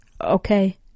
Okay